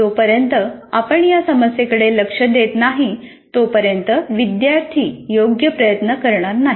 जोपर्यंत आपण या समस्येकडे लक्ष देत नाही तोपर्यंत विद्यार्थी योग्य प्रयत्न करणार नाहीत